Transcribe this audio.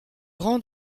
rang